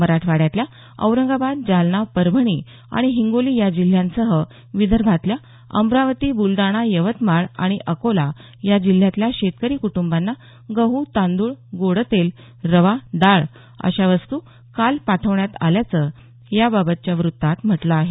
मराठवाड्यातल्या औरंगाबाद जालना परभणी आणि हिंगोली या जिल्ह्यांसह विदर्भातल्या अमरावती बुलडाणा यवतमाळ आणि अकोला या जिल्ह्यातल्या शेतकरी क्र्टंबांना गहू तांदूळ गोडतेल रवा डाळ अशा वस्तू काल पाठवण्यात आल्याचं याबाबातच्या वृत्तात म्हटलं आहे